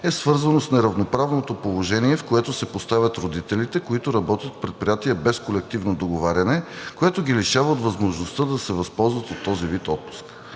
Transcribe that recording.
е свързано с неравноправното положение, в което се поставят родителите, които работят в предприятия без колективно договаряне, което ги лишава от възможността да се възползват от този вид отпуск.